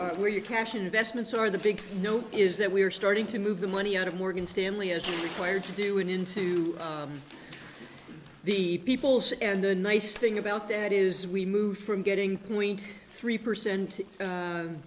are where your cash investments are the big note is that we're starting to move the money out of morgan stanley is required to do an into the peoples and the nice thing about that is we move from getting point three percent